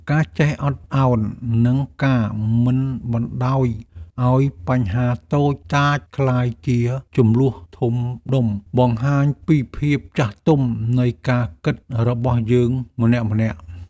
ការចេះអត់ឱននិងការមិនបណ្ដោយឱ្យបញ្ហាតូចតាចក្លាយជាជម្លោះធំដុំបង្ហាញពីភាពចាស់ទុំនៃការគិតរបស់យើងម្នាក់ៗ។